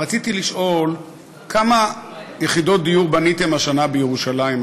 רציתי לשאול כמה יחידות דיור בניתם השנה בירושלים,